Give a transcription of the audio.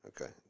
Okay